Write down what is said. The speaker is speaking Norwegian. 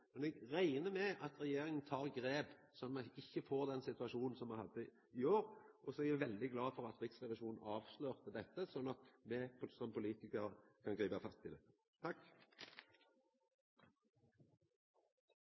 men eg reknar med at regjeringa tek grep, slik at me ikkje får den situasjonen som me hadde i år. Og så er eg veldig glad for at Riksrevisjonen avslørte dette, slik at me som politikarar kan gripa fatt i